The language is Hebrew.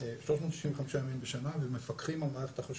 365 ימים בשנה ומפקחים על מערכת החשמל.